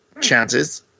chances